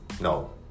No